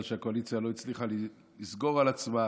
שהקואליציה לא הצליחה לסגור על עצמה,